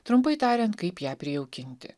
trumpai tariant kaip ją prijaukinti